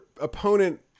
opponent